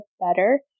better